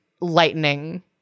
lightning-